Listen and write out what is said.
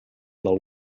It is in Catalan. del